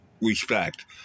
respect